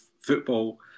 football